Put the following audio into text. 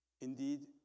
indeed